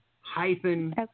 hyphen